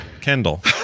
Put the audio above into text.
Kendall